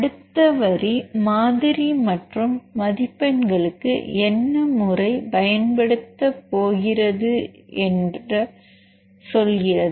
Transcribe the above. அடுத்த வரி மாதிரி மற்றும் மதிப்பெண்களுக்கு என்ன முறை பயன்படுத்தப் போகிறது என்று சொல்கிறது